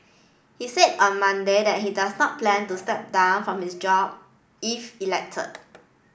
he said on Monday that he does not plan to step down from his job if elected